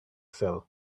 sell